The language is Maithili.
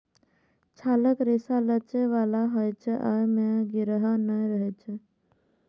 छालक रेशा लचै बला होइ छै, अय मे गिरह नै रहै छै